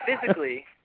Physically